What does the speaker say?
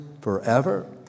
forever